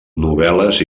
novel·les